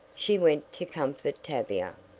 she went to comfort tavia.